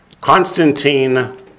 Constantine